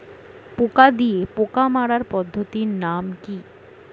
পোকা দিয়ে পোকা মারার পদ্ধতির নাম কি?